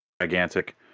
gigantic